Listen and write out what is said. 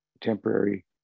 temporary